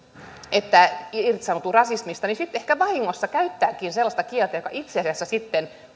että irtisanoutuu rasismista niin sitten ehkä vahingossa käyttääkin sellaista kieltä joka itse asiassa sitten